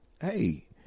Hey